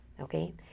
okay